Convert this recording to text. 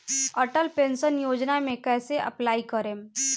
Atal pension Yojana मे कैसे apply करेम?